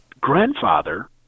grandfather